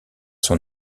son